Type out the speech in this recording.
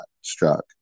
struck